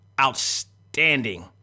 outstanding